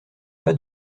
pas